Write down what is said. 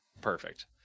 perfect